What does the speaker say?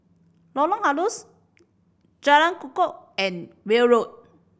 Lorong Halus Jalan Kukoh and Welm Road